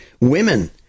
Women